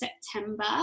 September